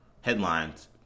headlines